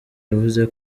yavuze